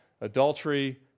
Adultery